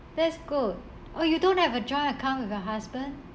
that's good oh you don't have a joint account with your husband